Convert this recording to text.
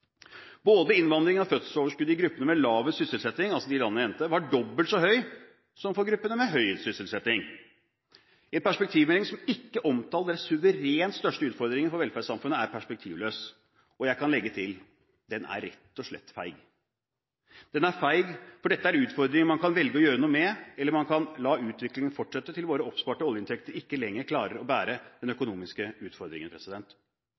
Både innvandringen og fødselsoverskuddet i gruppene med lavest sysselsetting – altså de fra de landene jeg nevnte – var dobbelt så høy som i gruppene med høy sysselsetting. En perspektivmelding som ikke omtaler den suverent største utfordringen for velferdssamfunnet, er perspektivløs. Jeg kan legge til: Den er rett og slett feig. Den er feig, for dette er utfordringer man kan velge å gjøre noe med, eller man kan la utviklingen fortsette til våre oppsparte oljeinntekter ikke lenger klarer å bære den økonomiske utfordringen.